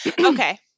Okay